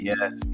Yes